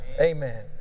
Amen